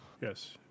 Yes